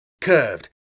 curved